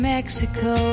Mexico